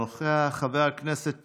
אינו נוכח, חבר הכנסת טאהא,